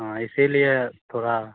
हाँ इसीलिए थोड़ा